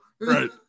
Right